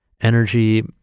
energy